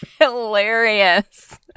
hilarious